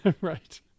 Right